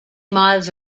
miles